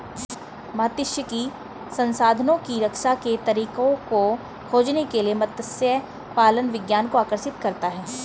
मात्स्यिकी संसाधनों की रक्षा के तरीकों को खोजने के लिए मत्स्य पालन विज्ञान को आकर्षित करता है